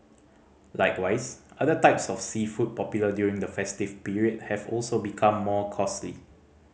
likewise other types of seafood popular during the festive period have also become more costly